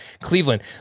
Cleveland